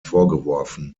vorgeworfen